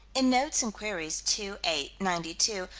in notes and queries, two eight ninety two,